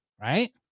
Right